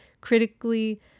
critically